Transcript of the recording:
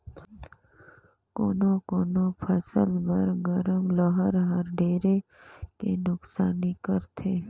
कोनो कोनो फसल बर गरम लहर हर ढेरे के नुकसानी करथे